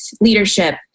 leadership